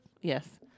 Yes